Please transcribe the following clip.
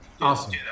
Awesome